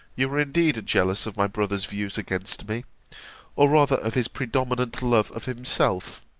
you were indeed jealous of my brother's views against me or rather of his predominant love of himself